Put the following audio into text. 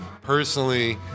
personally